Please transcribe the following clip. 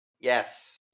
Yes